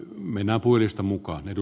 minä puiston mukaan edu